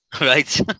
right